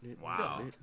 Wow